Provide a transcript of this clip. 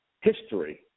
history